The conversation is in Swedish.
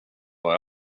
var